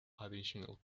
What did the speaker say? additional